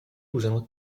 usano